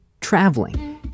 traveling